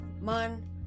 man